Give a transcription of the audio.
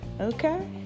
Okay